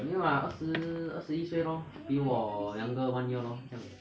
没有 lah 二十二十一岁 lor 比我 younger one year lor